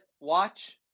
watch